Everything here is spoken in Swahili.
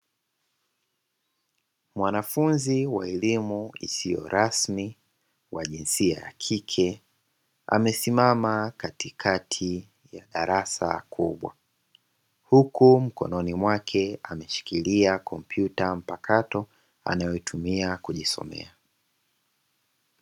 Mwanafunzi wa elimu isiyo rasmi wa jinsia ya kike amesimama katikati ya darasa kubwa, huku mkononi mwake ameshikilia komputa mpakato anayoitumia kujisomea.